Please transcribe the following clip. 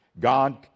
God